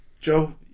Joe